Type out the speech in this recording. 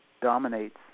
dominates